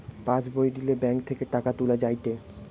pass বই দিলে bank থেকে টাকা তুলা যায়েটে